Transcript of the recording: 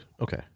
okay